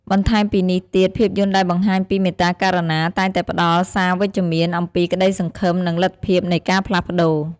បន្ថែមពីនេះទៀត ភាពយន្តដែលបង្ហាញពីមេត្តាករុណា តែងតែផ្ដល់សារវិជ្ជមានអំពីក្តីសង្ឃឹម និងលទ្ធភាពនៃការផ្លាស់ប្ដូរ។